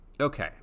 okay